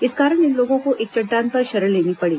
इस कारण इन लोगों को एक चट्टान पर शरण लेनी पड़ी